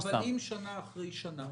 נכון, אבל אם שנה אחרי שנה,